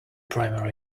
primary